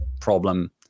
problem